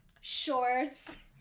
Shorts